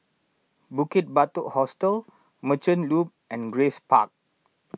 Bukit Batok Hostel Merchant Loop and Grace Park